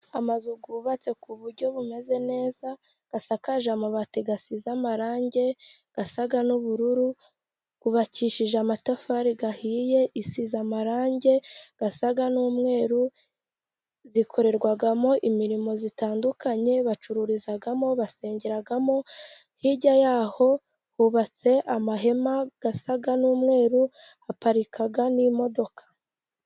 Amazu yubatse ku buryo bumeze neza, asakaje amabati asize amarangi, asa n'ubururu, yubakishije amatafari ahiye, isize amarangi asa n'umweru, zikorerwamo imirimo itandukanye, bacururizamo, basengeramo, hirya y'aho hubatse amahema asa n'umweru, haparika n'imodoka.